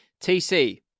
TC